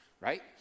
right